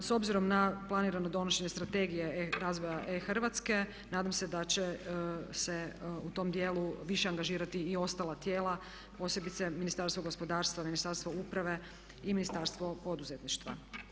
S obzirom na planirano donošenje Strategije razvoja e-Hrvatske nadam se da će se u tom dijelu više angažirati i ostala tijela posebice Ministarstvo gospodarstva, Ministarstvo uprave i Ministarstvo poduzetništva.